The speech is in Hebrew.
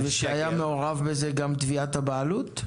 שהייתה מעורבת בזה גם תביעת הבעלות?